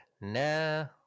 No